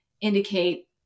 indicate